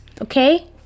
Okay